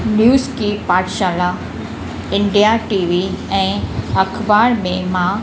news की पाठशाला India TV ऐं अख़बार में मां